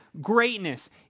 greatness